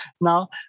now